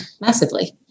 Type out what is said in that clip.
Massively